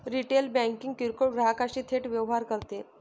retail banking किरकोळ ग्राहकांशी थेट व्यवहार करते